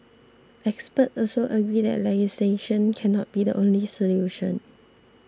expert also agree that legislation cannot be the only solution